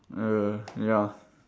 err ya